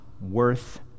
worth